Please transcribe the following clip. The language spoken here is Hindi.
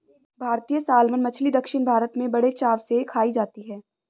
भारतीय सालमन मछली दक्षिण भारत में बड़े चाव से खाई जाती है